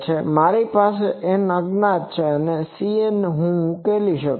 મારી પાસે n અજ્ઞાત છે અને Cn હું ઉકેલી શકું છુ